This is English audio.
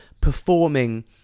performing